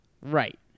Right